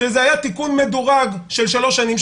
שזה היה תיקון מדורג של שלוש שנים,